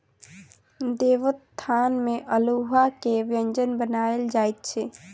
देवोत्थान में अल्हुआ के व्यंजन बनायल जाइत अछि